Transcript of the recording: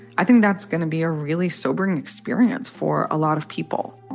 i think that's going to be a really sobering experience for a lot of people